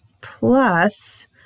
plus